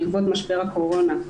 בעקבות משבר הקורונה.